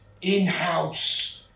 in-house